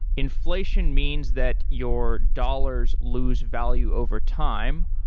inflation means that your dollars lose value over time.